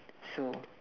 so